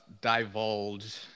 divulge